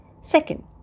second